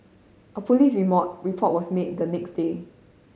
a police report was made the next day